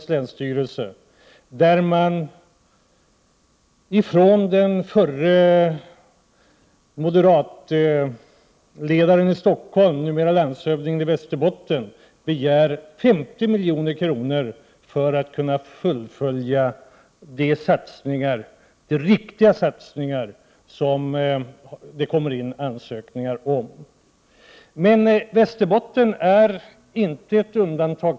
Jag kan säga att landshövdingen i Västerbottens län, förre moderatledaren i Stockholm, begär 50 milj.kr. för att kunna fullfölja de riktiga satsningar som det kommer in ansökningar om. Men Västerbotten utgör inte något undantag.